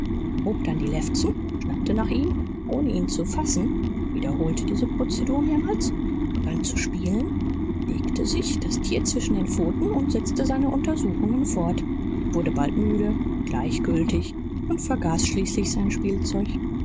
dann die lefzen schnappte nach ihm ohne ihn zu fassen wiederholte diese prozedur mehrmals begann zu spielen legte sich das tier zwischen den pfoten und setzte seine untersuchungen fort wurde bald müde gleichgültig und vergaß schließlich sein spielzeug